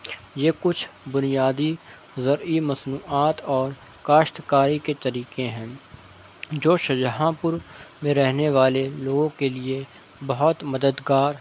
یہ کچھ بنیادی زرعی مصنوعات اور کاشتکاری کے طریقے ہیں جو شاہجہانپور میں رہنے والے لوگوں کے لیے بہت مددگار ہیں